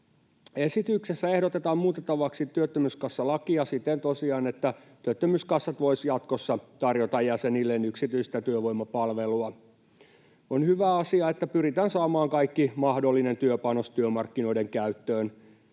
Esityksessä ehdotetaan muutettavaksi työttömyyskassalakia tosiaan siten, että työttömyyskassat voisivat jatkossa tarjota jäsenilleen yksityistä työvoimapalvelua. On hyvä asia, että pyritään saamaan kaikki mahdollinen työpanos työmarkkinoiden käyttöön.